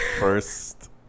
First